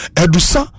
edusa